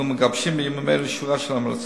אנו מגבשים בימים אלו שורה של המלצות,